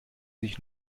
sich